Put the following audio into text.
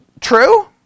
True